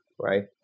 right